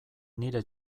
nire